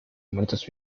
muertos